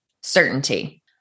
certainty